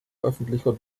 öffentlicher